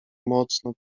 mocno